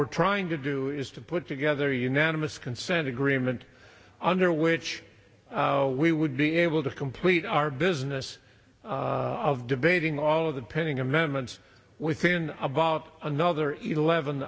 we're trying to do is to put together unanimous consent agreement under which we would be able to complete our business of debating all of the pending amendments within about another eleven